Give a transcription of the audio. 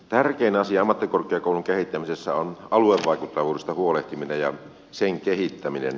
tärkein asia ammattikorkeakoulun kehittämisessä on aluevaikuttavuudesta huolehtiminen ja sen kehittäminen